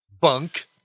Bunk